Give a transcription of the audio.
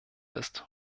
ist